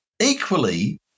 Equally